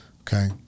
okay